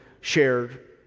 shared